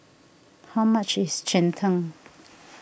how much is Cheng Tng